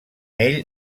ell